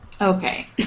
Okay